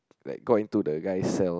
like got into the guy cell